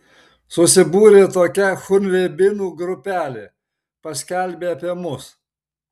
susibūrė tokia chungveibinų grupelė paskelbė apie mus